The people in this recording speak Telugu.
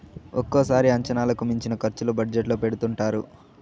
ఒక్కోసారి అంచనాలకు మించిన ఖర్చులు బడ్జెట్ లో పెడుతుంటారు